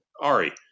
Ari